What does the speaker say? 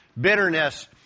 Bitterness